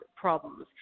problems